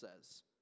says